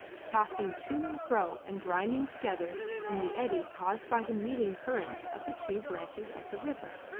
tossing to and fro and grinding together in the eddy caused by the meeting currents of the two branches of the river.